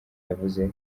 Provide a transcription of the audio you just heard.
yavuze